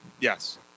Yes